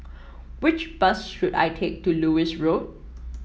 which bus should I take to Lewis Road